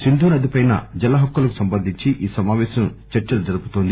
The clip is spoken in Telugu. సింధూనదిపై జలహక్కులకు సంబంధించి ఈ సమాపేశం చర్చలు జరుపుతోంది